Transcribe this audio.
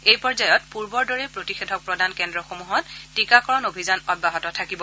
এই পৰ্যায়ত পূৰ্বৰ দৰেই প্ৰতিষেধক প্ৰদান কেন্দ্ৰসমূহত টীকাকৰণ অভিযান অব্যাহত থাকিব